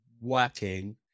working